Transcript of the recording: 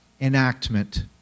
enactment